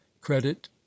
credit